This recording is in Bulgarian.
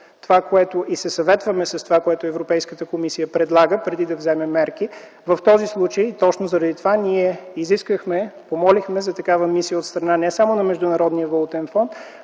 следваме и се съветваме с това, което Европейската комисия предлага, преди да вземем мерки, точно заради това изискахме, помолихме за такава мисия от страна не само на Международния валутен фонд,